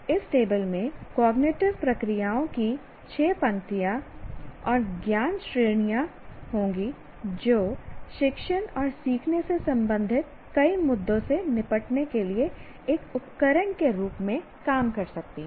इस टेबल में कॉग्निटिव प्रक्रियाओं की छह पंक्तियाँ और ज्ञान की 4 श्रेणियां होंगी जो शिक्षण और सीखने से संबंधित कई मुद्दों से निपटने के लिए एक उपकरण के रूप में काम कर सकती हैं